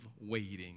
waiting